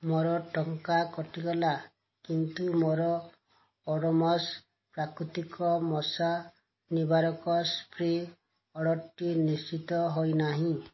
ମୋର ଟଙ୍କା କଟିଗଲା କିନ୍ତୁ ମୋର ଓଡୋମସ୍ ପ୍ରାକୃତିକ ମଶା ନିବାରକ ସ୍ପ୍ରେ ଅର୍ଡ଼ର୍ଟି ନିଶ୍ଚିତ ହୋଇନାହିଁ